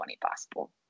possible